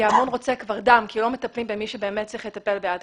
ההמון רוצה דם, כי לא מטפלים במי שצריך ביד קשה.